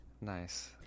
Nice